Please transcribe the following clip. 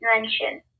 mention